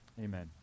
Amen